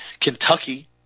Kentucky